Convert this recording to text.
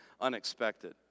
unexpected